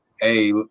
hey